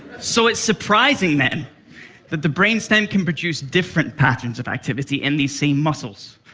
so it's surprising then that the brainstem can produce different patterns of activity in these same muscles.